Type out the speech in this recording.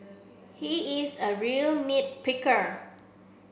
he is a real nit picker